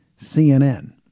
CNN